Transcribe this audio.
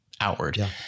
outward